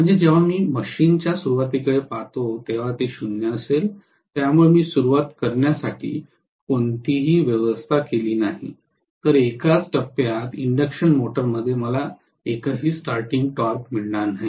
म्हणजे जेव्हा मी मशीन च्या सुरुवातीकडे पाहतो तेव्हा ते 0 असेल त्यामुळे मी सुरुवात करण्यासाठी कोणतीही व्यवस्था केली नाही तर एकाच टप्प्यात इन्डक्शन मोटरमध्ये मला एकही स्टार्टिंग टॉर्क मिळणार नाही